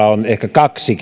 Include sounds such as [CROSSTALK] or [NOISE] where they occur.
kaksi [UNINTELLIGIBLE]